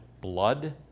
blood